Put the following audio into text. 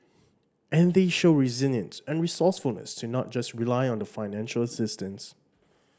and they show resilience and resourcefulness to not just rely on the financial assistance